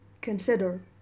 Consider